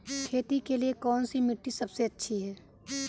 खेती के लिए कौन सी मिट्टी सबसे अच्छी है?